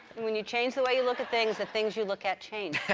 when you change the way you look at things the things you look at change.